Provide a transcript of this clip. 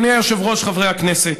אדוני היושב-ראש, חברי הכנסת,